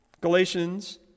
Galatians